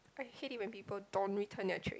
I hate it when people don't return their tray